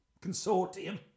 consortium